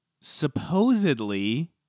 Supposedly